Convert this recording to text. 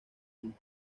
con